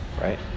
Right